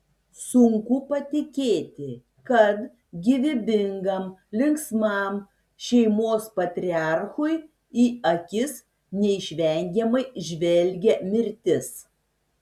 sunku patikėti kad gyvybingam linksmam šeimos patriarchui į akis neišvengiamai žvelgia mirtis